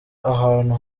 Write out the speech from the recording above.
ahantu